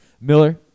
Miller